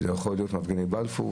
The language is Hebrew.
זה יכול להיות מפגיני בלפור,